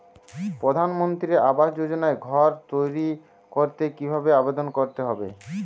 প্রধানমন্ত্রী আবাস যোজনায় ঘর তৈরি করতে কিভাবে আবেদন করতে হবে?